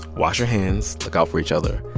wash your hands. look out for each other.